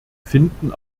finden